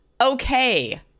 Okay